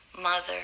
mother